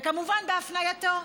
וכמובן, בהפנייתו.